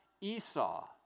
Esau